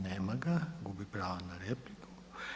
Nema ga, gubi pravo na repliku.